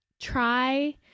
Try